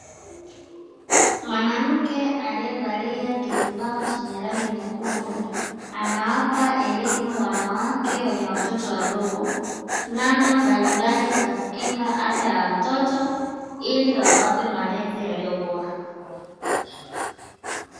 Mwanamke aliyevalia kizibao chenye rangi nyekundu, anawapa elimu wanawake wenye watoto wadogo, namna mbalimbali za kukinga afya ya watoto ili wawape malezi yaliyo bora.